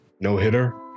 no-hitter